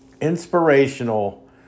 inspirational